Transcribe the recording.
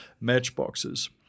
matchboxes